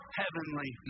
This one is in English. heavenly